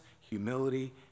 humility